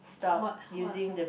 what what